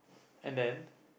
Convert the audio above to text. and then